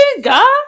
God